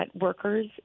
workers